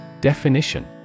Definition